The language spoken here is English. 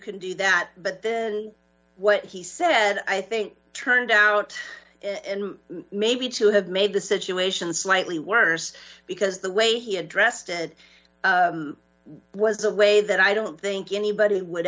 can do that but then what he said i think turned out and maybe to have made the situation slightly worse because the way he addressed it was a way that i don't think anybody would